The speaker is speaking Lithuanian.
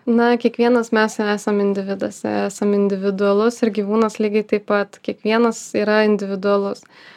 na kiekvienas mes esam individas esam individualus ir gyvūnas lygiai taip pat kiekvienas yra individualus